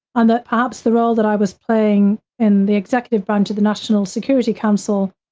and that perhaps the role that i was playing in the executive branch to the national security council,